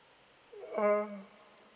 uh